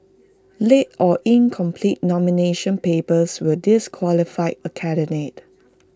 late or incomplete nomination papers will disqualify A candidate